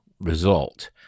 result